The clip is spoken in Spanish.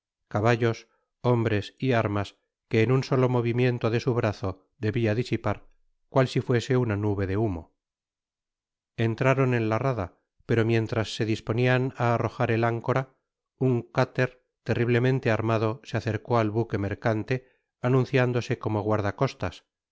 caballos hombres y armas que un solo movimiento de su brazo debia disipar cual si fuese una nube de humo entraron en la rada pero mientras se disponian á arrojar el áncora un cutter terriblemente armado se acercó al buque mercante anunciándose como guardacostas